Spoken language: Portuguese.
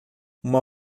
uma